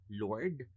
Lord